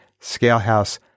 Scalehouse